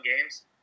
games